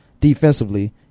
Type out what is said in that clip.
defensively